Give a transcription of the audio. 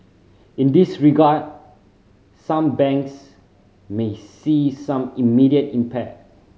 in this regard some banks may see some immediate impact